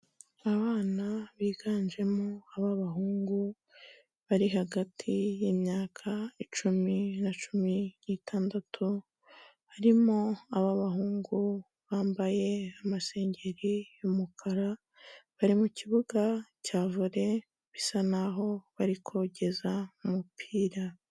Abana biganjemo ab'abahungu bari hagati y'imyaka icumi na cumi n'itandatu, harimo ab'abahungu bambaye amasengeri y'umukara, bari mu kibuga cya vole bisa naho bari kogeza umupira.